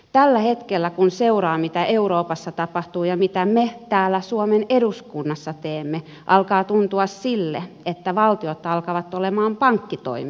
tällä hetkellä kun seuraa mitä euroopassa tapahtuu ja mitä me täällä suomen eduskunnassa teemme alkaa tuntua siltä että valtiot alka vat olla pankkitoimijoita